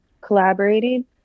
collaborating